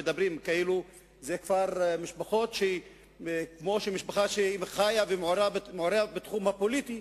מדברים כאילו המשפחות האלה הן כמו משפחה שחיה ומעורה בתחום הפוליטי,